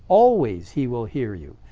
always he will hear you.